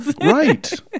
Right